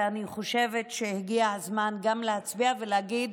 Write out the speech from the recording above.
ואני חושבת שהגיע הזמן גם להצביע ולהגיד: